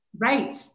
Right